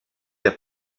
der